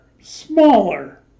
smaller